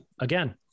again